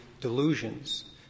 delusions